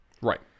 Right